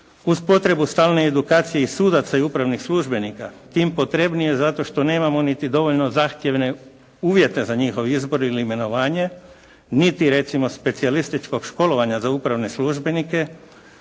Uz potrebu stalne edukacije i sudaca i upravnih službenika tim potrebnije zato što nemamo niti dovoljno zahtjevne uvjete za njihov izbor ili imenovanje niti recimo specijalističkog školovanja za upravne službenike